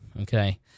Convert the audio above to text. okay